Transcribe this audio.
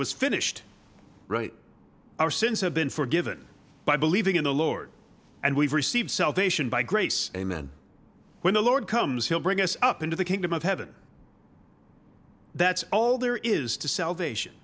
was finished our sins have been forgiven by believing in the lord and we've received salvation by grace amen when the lord comes he'll bring us up into the kingdom of heaven that's all there is to salvation